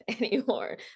anymore